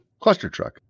ClusterTruck